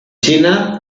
china